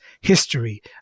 history